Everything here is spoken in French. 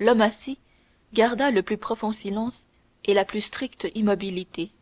l'homme assis garda le plus profond silence et la plus stricte immobilité